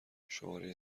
شماره